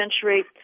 century